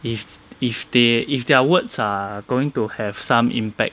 if if they if their words are going to have some impact